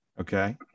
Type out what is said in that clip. Okay